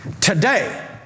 Today